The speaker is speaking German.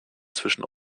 zwischen